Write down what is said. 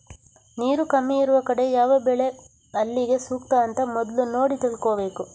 ನೀರು ಕಮ್ಮಿ ಇರುವ ಕಡೆ ಯಾವ ಬೆಳೆ ಅಲ್ಲಿಗೆ ಸೂಕ್ತ ಅಂತ ಮೊದ್ಲು ನೋಡಿ ತಿಳ್ಕೋಬೇಕು